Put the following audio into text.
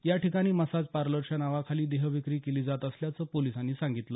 या ठिकाणी मसाज पार्लरच्या नावाखाली देहविक्रय केला जात असल्याचं पोलिसांनी सांगितलं